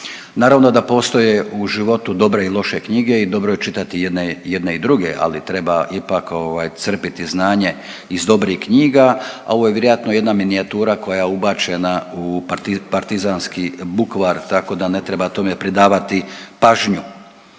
Naravno da postoje u životu dobre i loše knjige i dobro je čitati jedne i druge, ali treba ipak crpiti znanje iz dobrih knjiga, a ovo je vjerojatno jedna minijatura koja je ubačena u parizanski bukvar tako da ne treba tome pridavati pažnju.